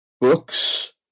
books